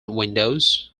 windows